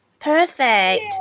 perfect